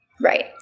right